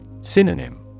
Synonym